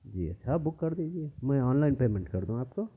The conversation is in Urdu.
جی آپ بک کر دیجیے میں آن لائن پیمینٹ کر دوں آپ کو